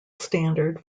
standard